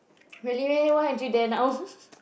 really meh why aren't you there now